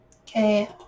Okay